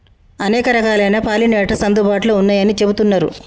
అనేక రకాలైన పాలినేటర్స్ అందుబాటులో ఉన్నయ్యని చెబుతున్నరు